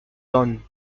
done